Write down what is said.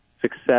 success